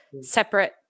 separate